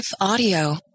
Audio